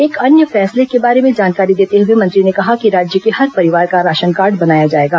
एक अन्य फैसले के बारे में जानकारी देते हुए मंत्री ने कहा कि राज्य के हर परिवार का राशन कार्ड बनाया जाएगा